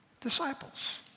disciples